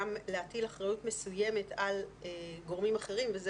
גם להטיל אחריות מסוימת על גורמים אחרים וזה